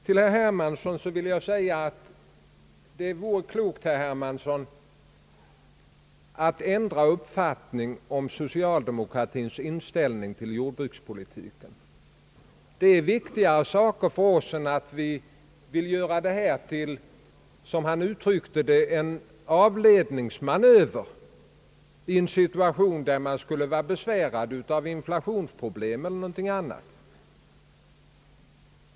Till herr Hermansson vill jag säga att han gjorde klokt i att ändra uppfattning om socialdemokratins inställning till jordbrukspolitiken. Detta är för viktiga saker för oss för att vi skulle vilja använda detta till en avledningsmanöver, såsom han uttryckte det, i en situation där vi är besvärade av inflationsproblem eller något annat.